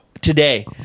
today